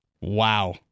wow